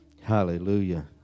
Hallelujah